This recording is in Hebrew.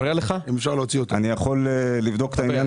אני יכול לבדוק את העניין.